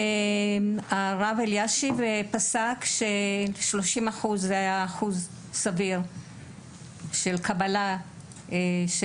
הרב אלישיב פסק ש-30% זה אחוז סביר של קבלה של